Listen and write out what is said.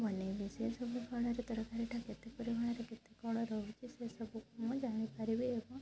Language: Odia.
ବନାଇବି ସେ ସବୁ ଫଳରେ ତରକାରୀଟା କେତେ ପରିମାଣରେ କେତେ କ'ଣ ରହୁଛି ସେ ସବୁକୁ ମୁଁ ଜାଣି ପାରିବି ଏବଂ